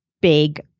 big